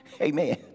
Amen